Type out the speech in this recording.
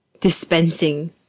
dispensing